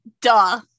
duh